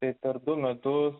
tai per du metus